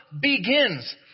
begins